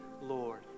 Lord